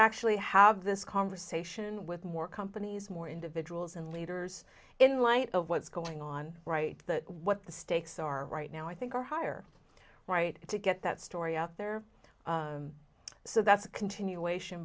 actually have this conversation with more companies more individuals and leaders in light of what's going on right that what the stakes are right now i think are higher right to get that story out there so that's a continuation